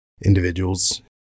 individuals